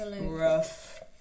rough